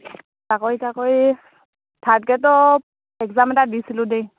চাকৰি তাকৰি থাৰ্ড গেডৰ এক্জাম এটা দিছিলোঁ দেই